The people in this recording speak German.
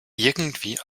irgendwie